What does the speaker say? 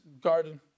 garden